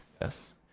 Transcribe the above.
Yes